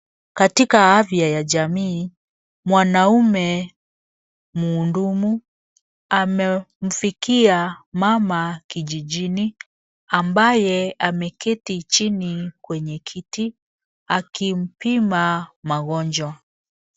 Katika afya ya jamii, mwanaume muhudumu amemfikia mama kijijini ambaye ameketi chini kwenye kiti akimpima magonjwa.